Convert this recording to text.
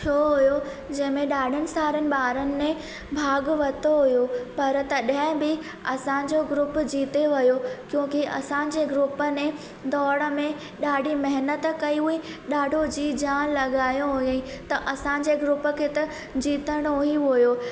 थियो हुओ जंहिंमें ॾाढनि सारनि ॿारनि ने भाग वरितो हुओ पर तॾहिं बि असांजो ग्रुप जीते वियो कयोकी असांजे ग्रुप ने दौड़ में ॾाढी महिनतु कई हुई ॾाढो जी जान लगायो हुअईं त असांजे ग्रुप खे त जीतणो ई हुओ